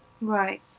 Right